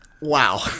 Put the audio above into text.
wow